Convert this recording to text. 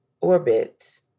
orbit